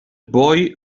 boy